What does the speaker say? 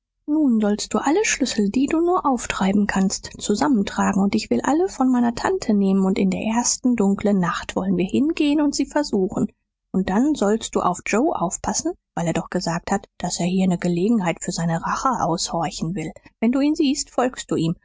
nun sollst du alle schlüssel die du nur auftreiben kannst zusammentragen und ich will alle von meiner tante nehmen und in der ersten dunklen nacht wollen wir hingehen und sie versuchen und dann sollst du auf joe aufpassen weil er doch gesagt hat daß er hier ne gelegenheit für seine rache aushorchen will wenn du ihn siehst folgst du ihm